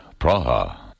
Praha